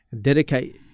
dedicate